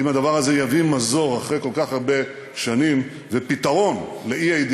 אם הדבר הזה יביא מזור אחרי כל כך הרבה שנים ופתרון לאי-ידיעה,